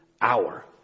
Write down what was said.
hour